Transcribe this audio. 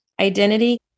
identity